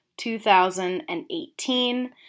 2018